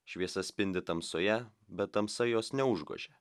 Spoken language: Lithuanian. šviesa spindi tamsoje bet tamsa jos neužgožė